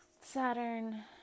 saturn